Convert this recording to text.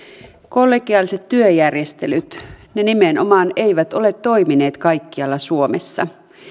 kollegiaaliset työjärjestelyt nimenomaan eivät ole toimineet kaikkialla suomessa